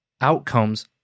outcomes